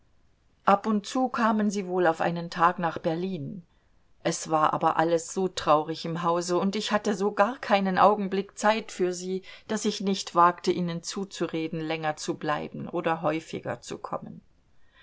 ab und zu kamen sie wohl auf einen tag nach berlin es war aber alles so traurig im hause und ich hatte so gar keinen augenblick zeit für sie daß ich nicht wagte ihnen zuzureden länger zu bleiben oder häufiger zu kommen